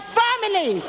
family